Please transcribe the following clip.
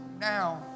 now